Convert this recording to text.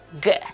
good